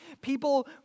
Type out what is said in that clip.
People